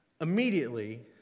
Immediately